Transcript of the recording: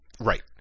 Right